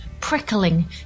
prickling